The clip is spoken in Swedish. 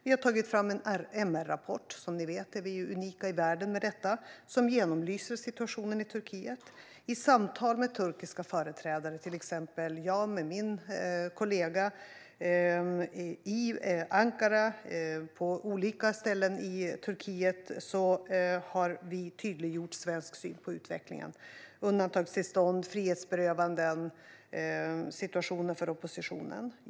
Vi har tagit fram en MR-rapport - som ni vet är Sverige unikt i världen med detta - som genomlyser situationen i Turkiet. I samtal med turkiska företrädare, till exempel jag med min kollega, i Ankara och på olika ställen i Turkiet har vi tydliggjort svensk syn på utvecklingen med undantagstillstånd, frihetsberövanden och situationen för oppositionen.